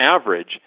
average